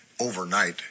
overnight